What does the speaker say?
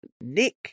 Nick